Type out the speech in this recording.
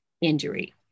injury